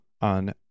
on